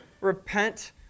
Repent